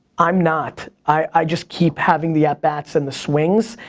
i'm not. i just keep having the at bats and the swings,